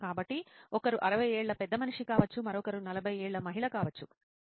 కాబట్టి ఒకరు అరవై ఏళ్ల పెద్దమనిషి కావచ్చు మరొకరు నలభై ఏళ్ల మహిళ కావచ్చు